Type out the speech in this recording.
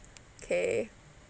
K